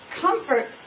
Comfort